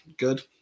Good